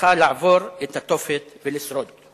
זכה לעבור את התופת ולשרוד.